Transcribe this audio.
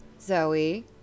Zoe